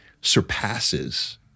surpasses